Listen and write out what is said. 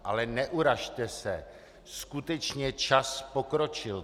Ale neurazte se, skutečně čas pokročil.